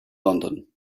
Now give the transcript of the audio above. london